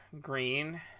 Green